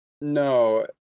No